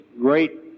great